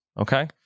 Okay